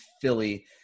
Philly